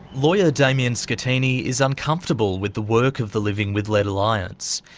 lawyer damian scattini is uncomfortable with the work of the living with lead alliance.